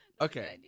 Okay